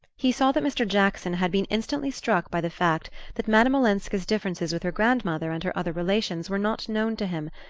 he saw that mr. jackson had been instantly struck by the fact that madame olenska's differences with her grandmother and her other relations were not known to him,